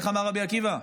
איך אמר רבי עקיבא?